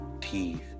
teeth